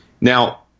Now